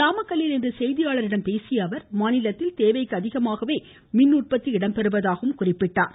நாமக்கல்லில் இன்று செய்தியாளர்களிடம் பேசிய அவர் மாநிலத்தில் தேவைக்கு அதிகமாகவே மின் உற்பத்தி நடைபெறுவதாக குறிப்பிட்டார்